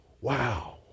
wow